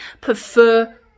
prefer